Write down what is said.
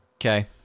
Okay